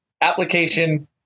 application